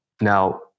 Now